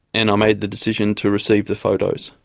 and i made the decision to receive the photos.